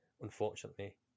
unfortunately